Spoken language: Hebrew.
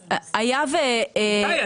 אז היה ו --- איתי,